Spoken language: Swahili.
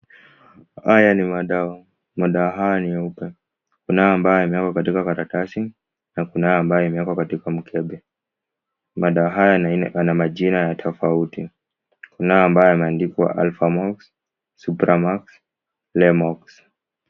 Haya ni madawa. Madawa haya ni meupe. Kuna yale ambayo yameekwa katika karatasi, na kuna haya ambayo imeekwa katika mkembe. Madawa haya yana aina, yana majina ya tofauti. Kuna haya ambayo yameandikwa Alphamox, Supramax, Benmox.